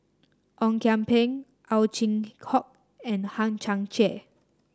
Ong Kian Peng Ow Chin Hock and Hang Chang Chieh